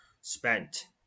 Spent